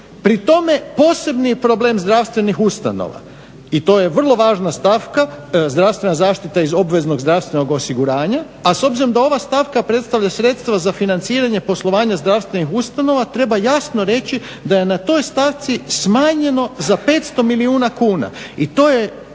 Pri tome posebni je problem zdravstvenih ustanova i to je vrlo važna stavka, zdravstvena zaštita iz obveznog zdravstvenog osiguranja, a s obzirom da ova stavka predstavlja sredstva za financiranje poslovanja zdravstvenih ustanova, treba jasno reći da je na toj stavci smanjeno za 500 milijuna kuna i to